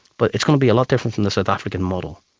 but it's going to be a lot different from the south african model.